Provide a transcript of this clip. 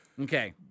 Okay